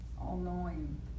all-knowing